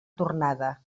tornada